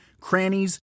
crannies